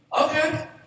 okay